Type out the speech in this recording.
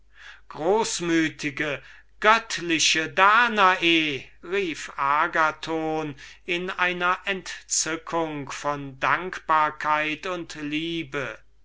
großmütige göttliche danae rief agathon in einer entzückung von dankbarkeit und liebe